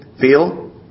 feel